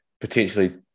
potentially